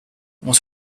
what